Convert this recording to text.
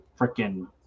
freaking